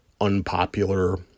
unpopular